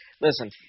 Listen